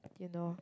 you know